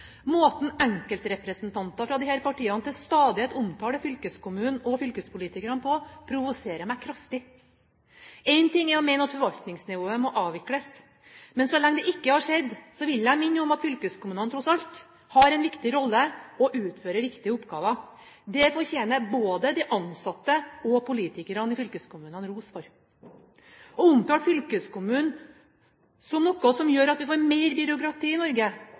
Måten enkeltrepresentanter fra disse partiene til stadighet omtaler fylkeskommunen og fylkespolitikerne på, provoserer meg kraftig. Én ting er å mene at forvaltningsnivået må avvikles, men så lenge det ikke har skjedd, vil jeg minne om at fylkeskommunene tross alt har en viktig rolle og utfører viktige oppgaver. Det fortjener både de ansatte og politikerne i fylkeskommunene ros for. Å omtale fylkeskommunen som noe som gjør at vi får mer byråkrati i Norge,